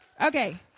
okay